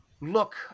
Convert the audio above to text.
look